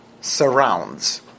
surrounds